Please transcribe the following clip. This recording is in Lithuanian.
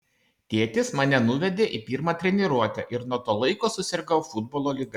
tėtis mane nuvedė į pirmą treniruotę ir nuo to laiko susirgau futbolo liga